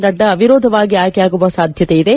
ನಡ್ಡಾ ಅವಿರೋಧವಾಗಿ ಆಯ್ಕೆಯಾಗುವ ಸಾಧ್ಯತೆಯಿದೆ